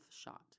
shot